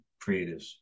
creatives